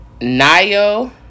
Nayo